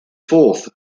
forth